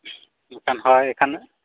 ᱮᱱᱠᱷᱟᱱ ᱦᱳᱭ ᱮᱱᱠᱷᱟᱱ